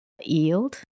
yield